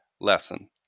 lesson